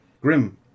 Grim